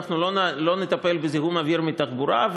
אנחנו לא נטפל בזיהום אוויר מתחבורה,